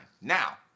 Now